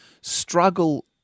struggle